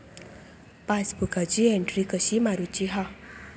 पासबुकाची एन्ट्री कशी मारुची हा?